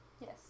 Yes